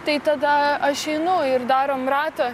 tai tada aš einu ir darom ratą